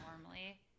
normally